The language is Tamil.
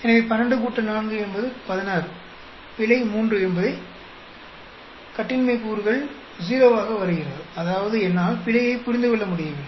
எனவே 12 4 என்பது 16 பிழை 3 என்பது கட்டின்மை கூருகள் 0 ஆக வருகிறது அதாவது என்னால் பிழையை புரிந்து கொள்ள முடியவில்லை